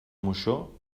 moixó